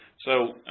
so,